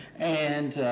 and,